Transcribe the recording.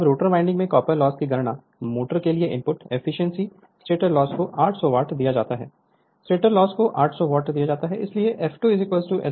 तब rotor winding में copper loss की गणना मोटर के लिए इनपुट एफिशिएंसी स्टेटर लॉस को 800 वाट दिया जाता है स्टेटर लॉस को 800 वाट दिया जाता है इसलिए f2Sf होगा